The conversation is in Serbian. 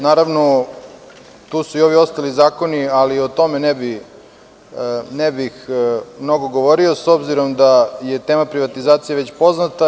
Naravno, tu su i ovi ostali zakoni, ali o tome ne bih mnogo govorio, s obzirom da je tema privatizacije već poznata.